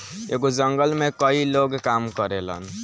एगो जंगल में कई लोग काम करेलन